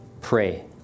pray